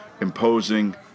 imposing